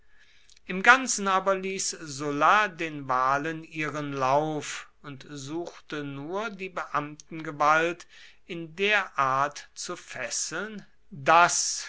im ganzen aber ließ sulla den wahlen ihren lauf und suchte nur die beamtengewalt in der art zu fesseln daß